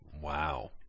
Wow